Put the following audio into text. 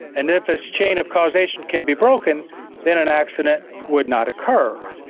and if this chain of causation can be broken then an accident would not occur.